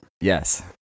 yes